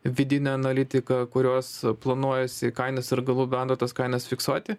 vidinę analitiką kurios planuojasi kainas ir galūt bando tas kainas fiksuoti